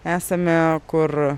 esame kur